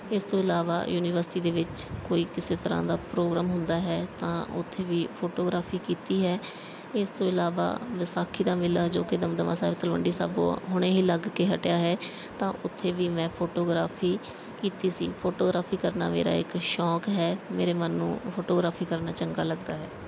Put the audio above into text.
ਇਸ ਤੋਂ ਇਲਾਵਾ ਯੂਨੀਵਰਸਿਟੀ ਦੇ ਵਿੱਚ ਕੋਈ ਕਿਸੇ ਤਰ੍ਹਾਂ ਦਾ ਪ੍ਰੋਗਰਾਮ ਹੁੰਦਾ ਹੈ ਤਾਂ ਉੱਥੇ ਵੀ ਫੋਟੋਗ੍ਰਾਫ਼ੀ ਕੀਤੀ ਹੈ ਇਸ ਤੋਂ ਇਲਾਵਾ ਵਿਸਾਖੀ ਦਾ ਮੇਲਾ ਜੋ ਕਿ ਦਮਦਮਾ ਸਾਹਿਬ ਤਲਵੰਡੀ ਸਾਬੋ ਹੁਣੇ ਹੀ ਲੱਗ ਕੇ ਹਟਿਆ ਹੈ ਤਾਂ ਉੱਥੇ ਵੀ ਮੈਂ ਫੋਟੋਗ੍ਰਾਫ਼ੀ ਕੀਤੀ ਸੀ ਫੋਟੋਗ੍ਰਾਫ਼ੀ ਕਰਨਾ ਮੇਰਾ ਇੱਕ ਸ਼ੌਂਕ ਹੈ ਮੇਰੇ ਮਨ ਨੂੰ ਫੋਟੋਗ੍ਰਾਫ਼ੀ ਕਰਨਾ ਚੰਗਾ ਲੱਗਦਾ ਹੈ